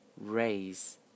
Raise